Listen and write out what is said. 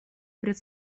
пред